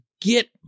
get